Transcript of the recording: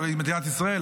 מדינת ישראל,